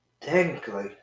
technically